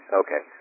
okay